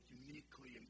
uniquely